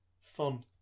fun